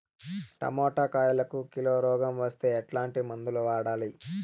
Tomato కాయలకు kilo రోగం వస్తే ఎట్లాంటి మందులు వాడాలి?